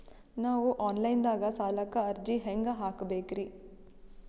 ನಾವು online ದಾಗ ಸಾಲಕ್ಕ ಅರ್ಜಿ ಹೆಂಗ ಹಾಕಬೇಕ್ರಿ?